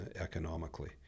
economically